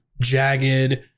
jagged